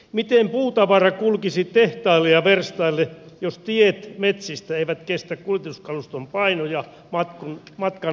miten puutavara kulkisi tehtaille ja verstaille jos tiet metsistä eivät kestä kuljetuskaluston painoja matkan alkumetreillä